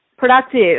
productive